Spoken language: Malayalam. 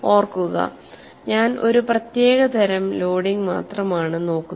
ഓർക്കുക ഞാൻ ഒരു പ്രത്യേക തരം ലോഡിംഗ് മാത്രമാണ് നോക്കുന്നത്